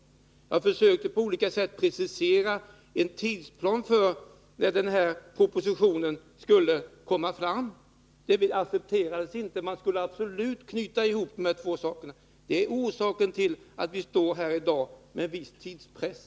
Jag försökte på olika sätt precisera en tidsplan för när denna proposition om lokaliseringen av energiverk m.fl. myndigheter skulle läggas fram. Det accepterades inte, utan man skulle absolut knyta ihop organisationsoch lokaliseringsbeslut. Det är orsaken till att vi i dag har en viss tidspress.